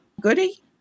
Goody